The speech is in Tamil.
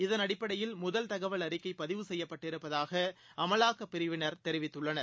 இதன் அடிப்படையில் முதல் தகவல் அறிக்கைபதிவு செய்யப்பட்டிருப்பதாகஅமலாக்கப்பிரிவினர் தெரிவித்துள்ளனர்